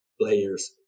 players